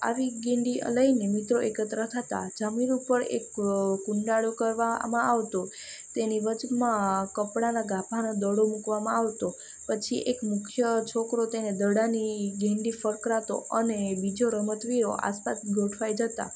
આવી ગેડી લઈને મિત્રો એકત્ર થતાં જમીન ઉપર એક કુંડાળું કરવામાં આવતું તેની વચમાં કપડાંના ગાભાનો દડો મૂકવામાં આવતો પછી એક મુખ્ય છોકરો તેને દડાની ગેડી ફટકારતો અને બીજો રમતવીરો આસપાસ ગોઠવાઈ જતાં